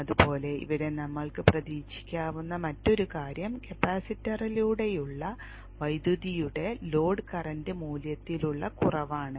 അതുപോലെ ഇവിടെ നമ്മൾക്ക് പ്രതീക്ഷിക്കാവുന്ന മറ്റൊരു കാര്യം കപ്പാസിറ്ററിലൂടെയുള്ള വൈദ്യുതിയുടെ ലോഡ് കറന്റ് മൂല്യത്തിലുള്ള കുറവാണ്